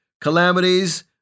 calamities